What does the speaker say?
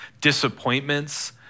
disappointments